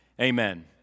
amen